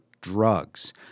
drugs